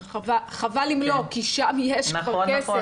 חבל אם לא, כי שם יש כבר כסף.